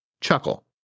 Chuckle